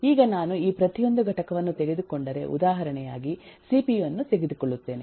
ಈಗ ನಾನು ಈ ಪ್ರತಿಯೊಂದು ಘಟಕವನ್ನು ತೆಗೆದುಕೊಂಡರೆ ಉದಾಹರಣೆಯಾಗಿ ಸಿಪಿಯು ಅನ್ನು ತೆಗೆದುಕೊಳ್ಳುತ್ತೇನೆ